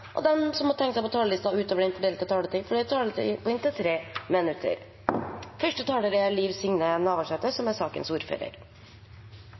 og de som måtte tegne seg på talerlisten utover den fordelte taletid, får en taletid på inntil 3 minutter.